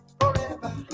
forever